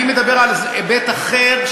אני מדבר על היבט אחר,